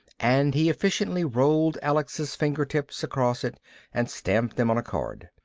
and he efficiently rolled alex's fingertips across it and stamped them on a card.